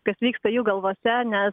kas vyksta jų galvose nes